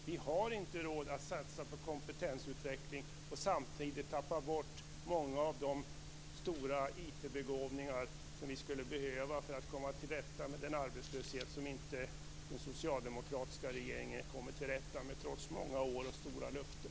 Vi har inte råd att satsa på kompetensutveckling och samtidigt förlora många av de stora IT-begåvningar som vi skulle behöva för att komma till rätta med den arbetslöshet som den socialdemokratiska regeringen inte har kommit till rätta med trots att det har gått många år och att det har getts löften.